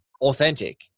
authentic